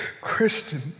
Christian